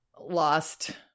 lost